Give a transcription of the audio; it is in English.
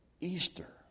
Easter